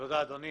תודה אדוני.